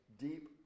Deep